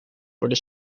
worden